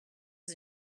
his